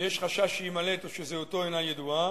ויש חשש שיימלט או שזהותו אינה ידועה,